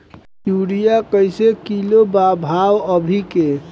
Urea कइसे kilo बा भाव अभी के?